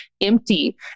empty